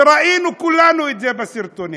וראינו כולנו את זה בסרטונים,